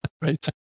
right